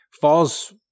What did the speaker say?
falls